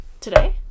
Today